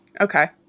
Okay